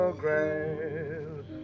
grass